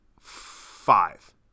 five